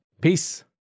Peace